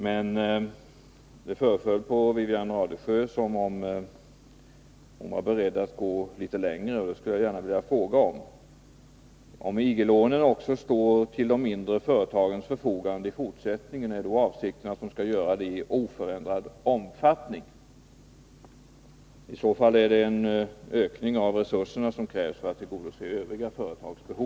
Men det föreföll på Wivi-Anne Radesjö som om hon var beredd att gå litet längre, och då skulle jag gärna vilja fråga: Om IG-lånen också står till mindre företags förfogande i fortsättningen, är då avsikten att de skall göra det i oförändrad omfattning? I så fall krävs det ökning av resurserna för att tillgodose övriga företags behov.